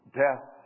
death